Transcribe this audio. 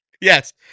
Yes